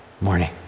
morning